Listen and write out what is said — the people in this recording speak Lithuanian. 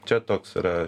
čia toks yra